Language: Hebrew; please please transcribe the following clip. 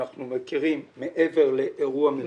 שאנחנו מכירים מעבר לאירוע מלחמתי.